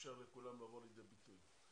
נאפשר לכולם לבוא לידי ביטוי.